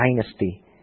dynasty